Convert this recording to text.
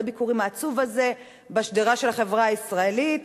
הביקורים העצוב הזה בשדרה של החברה הישראלית,